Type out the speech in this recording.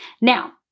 Now